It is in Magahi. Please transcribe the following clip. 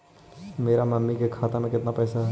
मेरा मामी के खाता में कितना पैसा हेउ?